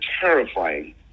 terrifying